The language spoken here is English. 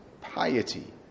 piety